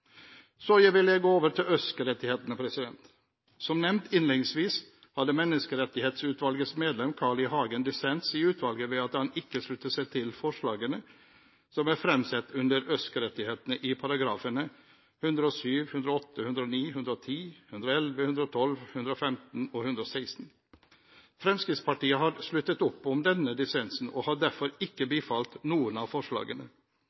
Så vil jeg gå over til ØSK-rettighetene. Som nevnt innledningsvis tok Menneskerettighetsutvalgets medlem, Carl I. Hagen, dissens i utvalget ved at han ikke sluttet seg til forslagene som er fremsatt under ØSK-rettighetene i §§ 107, 108, 109, 110, 111, 112, 115 og 116. Fremskrittspartiet har sluttet opp om denne dissensen og har derfor ikke bifalt noen av forslagene.